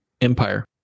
Empire